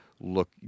look